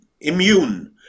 immune